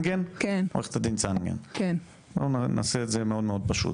עורכת הדין צנגן, בואי נעשה את זה מאוד מאוד פשוט.